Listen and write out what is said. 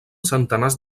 centenars